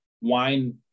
wine